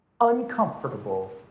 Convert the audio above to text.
uncomfortable